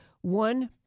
one-